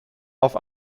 auf